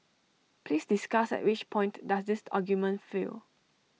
please discuss at which point does this argument fail